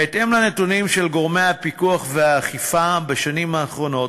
בהתאם לנתונים של גורמי הפיקוח והאכיפה בשנים האחרונות,